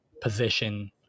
position